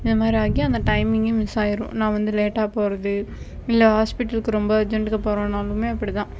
இந்த மாதிரி ஆகி அந்த டைம்மிங்கு மிஸ் ஆயிடும் நான் வந்து லேட்டாக போகிறது இல்லை ஹாஸ்பிட்டலுக்கு ரொம்ப அர்ஜென்ட்டுக்கு போகிறோனாலுமே அப்படி தான்